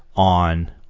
on